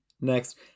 Next